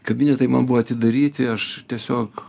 kabinetai man buvo atidaryti aš tiesiog